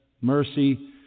mercy